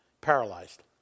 paralyzed